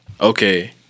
okay